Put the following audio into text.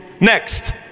Next